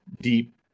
deep